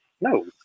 no